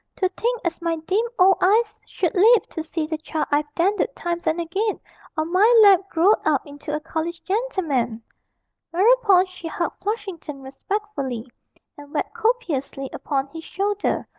to think as my dim old eyes should live to see the child i've dandled times and again on my lap growed out into a college gentleman whereupon she hugged flushington respectfully, and wept copiously upon his shoulder,